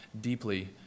deeply